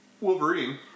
Wolverine